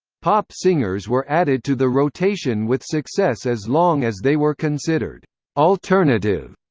pop singers were added to the rotation with success as long as they were considered alternative,